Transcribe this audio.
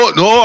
no